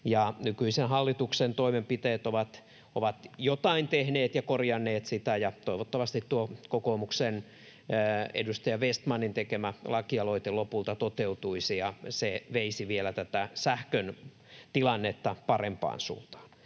Nykyisen hallituksen toimenpiteet ovat jotain tehneet ja korjanneet, ja toivottavasti tuo kokoomuksen edustaja Vestmanin tekemä lakialoite lopulta toteutuisi ja se veisi tätä sähkön tilannetta vielä parempaan suuntaan.